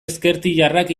ezkertiarrak